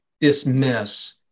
dismiss